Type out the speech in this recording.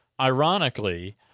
ironically